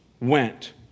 went